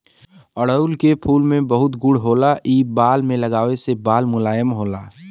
अढ़ऊल के फूल में बहुत गुण होला इ बाल में लगावे से बाल मुलायम होला